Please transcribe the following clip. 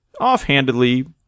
offhandedly